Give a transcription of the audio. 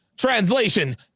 translation